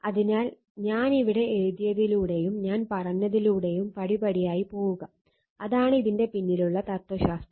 അതിനാൽ ഞാൻ ഇവിടെ എഴുതിയതിലൂടെയും ഞാൻ പറഞ്ഞതിലൂടെയും പടി പടിയായി പോവുക അതാണ് ഇതിന്റെ പിന്നിലുള്ള തത്വശാസ്ത്രം